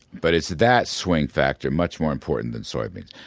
but it's that swing factor, much more important than soybeans.